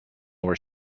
where